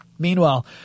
Meanwhile